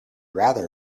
rather